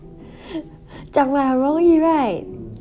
讲的很容易 right